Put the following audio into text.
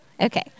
okay